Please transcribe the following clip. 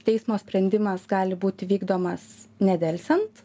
teismo sprendimas gali būti vykdomas nedelsiant